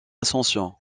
ascension